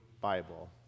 Bible